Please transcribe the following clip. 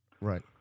right